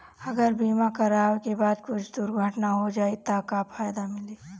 अगर बीमा करावे के बाद कुछ दुर्घटना हो जाई त का फायदा मिली?